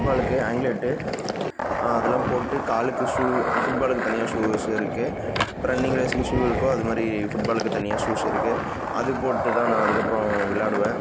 food பாலுக்கு anklet அதெல்லாம் போட்டு காலுக்கு ஷூ ஃபுட் பாலுக்கு தனியாக ஷூஸ்ஸு இருக்குது இப்போ ரன்னிங் ரேஸ்ஸுக்கு ஷூ இருக்கோ அது மாதிரி ஃபுட் பாலுக்கு தனியாக ஷூஸ் இருக்குது அது போட்டு தான் நான் அதுக்கப்புறம் விளாடுவேன்